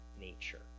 nature